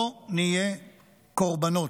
לא נהיה קורבנות.